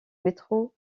métro